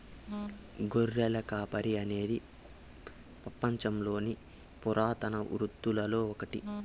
గొర్రెల కాపరి అనేది పపంచంలోని పురాతన వృత్తులలో ఒకటి